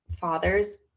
father's